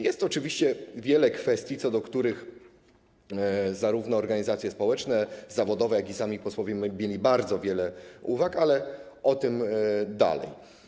Jest oczywiście wiele kwestii, co do których zarówno organizacje społeczne, zawodowe, jak i sami posłowie mieli bardzo wiele uwag, ale o tym dalej.